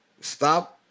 stop